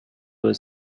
were